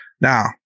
Now